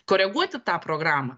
koreguoti tą programą